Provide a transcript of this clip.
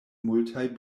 multaj